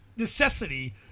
necessity